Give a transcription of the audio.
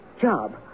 job